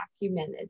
documented